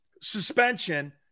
suspension